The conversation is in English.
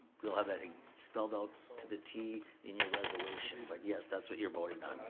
we'll have that spelled out to the t in your resolution, but yes, that's what you're voting on.